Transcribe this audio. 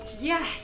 Yes